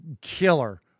killer